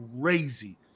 crazy